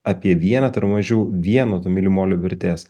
apie vieną tai yra mažiau vieno to milimolio vertės